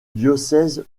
diocèse